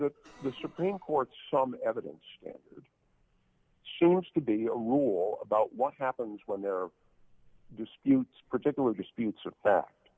that the supreme court some evidence that she wants to be a rule about what happens when there are disputes particular disputes of fact